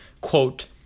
quote